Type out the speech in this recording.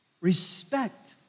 Respect